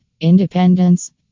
Independence